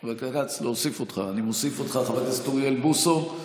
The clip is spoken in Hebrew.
חבר הכנסת אוריאל בוסו,